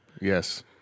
Yes